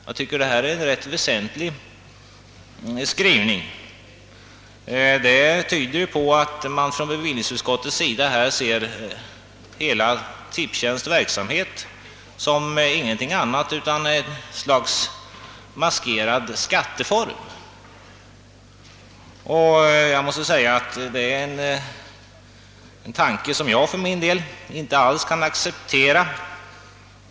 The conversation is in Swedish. Jag tycker det är en rätt väsentlig skrivning. Det tyder på att man från bevillningsutskottets sida ser hela Tipstjänsts verksamhet som ingenting annat än ett slags maskerad skatteform. Det är en tanke som jag för min del inte alls kan acceptera.